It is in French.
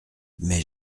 mais